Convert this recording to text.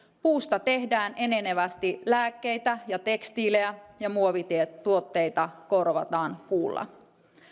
puusta tehdään enenevästi lääkkeitä ja tekstiilejä ja muovituotteita korvataan puulla